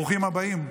ברוכים הבאים.